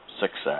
success